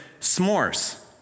s'mores